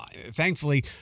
thankfully